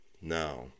Now